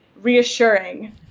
reassuring